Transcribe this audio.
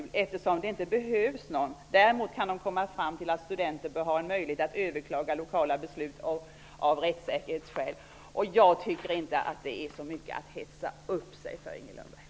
De anser inte att det behövs någon. Däremot kanske studenter bör ha en möjlighet att överklaga lokala beslut av rättssäkerhetsskäl. Jag tycker inte att det är så mycket att hetsa upp sig över, Inger Lundberg.